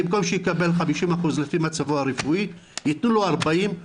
במקום שיקבל 50% לפי מצבו הרפואי ייתנו לו 40%